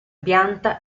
pianta